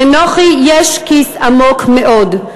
לנוחי יש כיס עמוק מאוד,